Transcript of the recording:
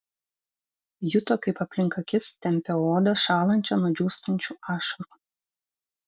juto kaip aplink akis tempia odą šąlančią nuo džiūstančių ašarų